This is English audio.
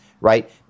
right